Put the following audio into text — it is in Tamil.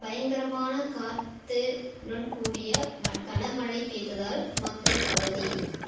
பயங்கரமான காற்று உடன்கூடிய வ கனமழை பெய்ததால் மக்கள் அவதி